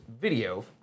video